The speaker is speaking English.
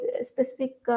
specific